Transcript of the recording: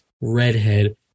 redhead